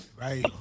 Right